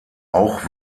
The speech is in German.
auch